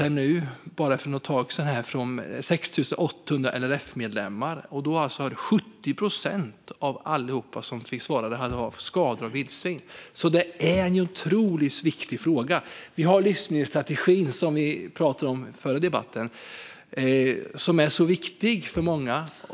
För ett tag sedan gick en enkät ut till 6 800 LRF-medlemmar. 70 procent av alla som svarade hade fått skador av vildsvin. Detta är alltså en otroligt viktig fråga. Livsmedelsstrategin, som vi talade om i den föregående debatten, är viktig för många.